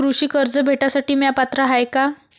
कृषी कर्ज भेटासाठी म्या पात्र हाय का?